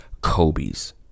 Kobe's